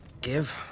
give